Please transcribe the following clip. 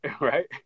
Right